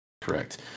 Correct